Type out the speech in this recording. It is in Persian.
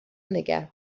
نگه